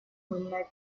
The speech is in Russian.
мыльная